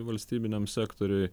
valstybiniam sektoriuj